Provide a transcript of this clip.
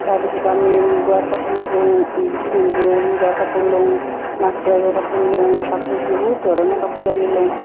তাৰপিছত আমি মুগাৰ কাপোৰ বওঁ পিন্ধোঁ মুগাৰ কাপোৰ লওঁ মাজ চাইজৰ কাপোৰ লওঁ কাপোৰ বহুত ধৰণৰ কাপোৰ আমি লওঁ